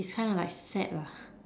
it's kinda like sad ah